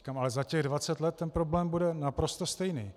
Já říkám: ale za těch dvacet let ten problém bude naprosto stejný.